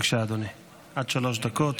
בבקשה, אדוני, עד שלוש דקות.